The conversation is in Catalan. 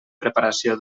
preparació